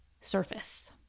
surface